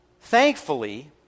thankfully